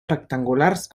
rectangulars